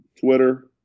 Twitter